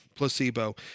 placebo